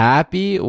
Happy